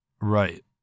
right